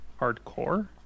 hardcore